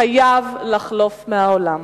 חייב לחלוף מהעולם.